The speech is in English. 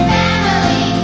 family